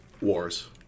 wars